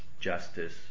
justice